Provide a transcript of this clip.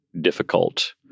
difficult